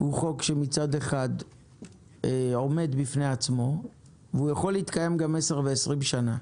הוא חוק שמצד אחד עומד בפני עצמו והוא יכול להתקיים גם 10 ו-20 שנה,